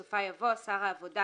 בסופה יבוא: "שר העבודה,